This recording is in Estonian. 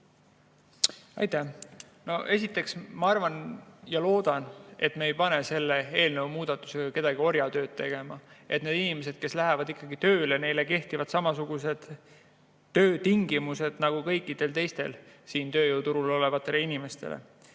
Aitäh! Esiteks, ma arvan ja loodan, et me ei pane selle eelnõu muudatusega kedagi orjatööd tegema. Neile inimestele, kes lähevad tööle, kehtivad samasugused töötingimused nagu kõikidele teistele siin tööjõuturul olevatele inimestele. Üks